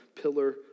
pillar